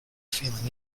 feeling